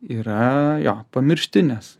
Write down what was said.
yra jo pamiršti nes